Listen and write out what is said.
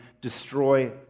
destroy